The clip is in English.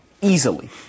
easily